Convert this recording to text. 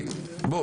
בוא,